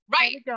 right